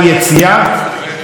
אתה יודע מה אמרת לנו היום?